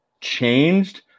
changed